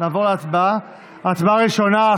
ההצבעה הראשונה,